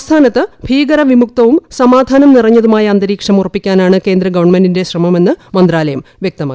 സംസ്ഥാനത്ത് ഭീകരവിമുക്തവും സമാധാനം നിറഞ്ഞതുമായ അന്തരീക്ഷരിച്ചു ഉറപ്പിക്കാനാണ് കേന്ദ്ര ഗവൺമെന്റിന്റെ ശ്രമമെന്ന് മന്ത്രാലയും വൃക്തമാക്കി